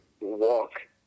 walk